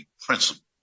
principle